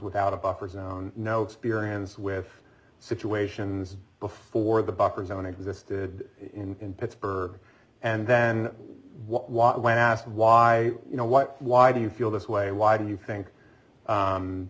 without a buffer zone no experience with situations before the buffer zone existed in pittsburgh and then when asked why you know what why do you feel this way why do you think